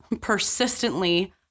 persistently